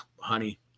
honey